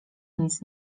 nic